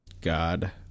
God